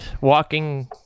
walking